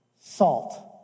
salt